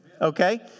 Okay